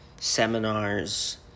seminars